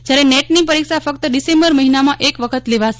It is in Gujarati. જ્યારે નેટની પરીક્ષા ફક્ત ડિસેમ્બર મહિનામાં એક વખત લેવાશે